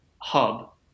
hub